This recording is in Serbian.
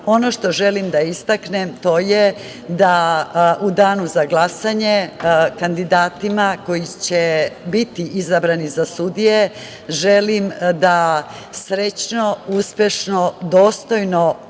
put. Ono što želim da istaknem to je da u danu za glasanje kandidatima koji će biti izabrani za sudije, želim da srećno, uspešno, dostojno